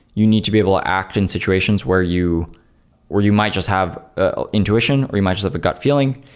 you need to be able to act in situations where you where you might just have ah intuition, or you might just have a gut feeling.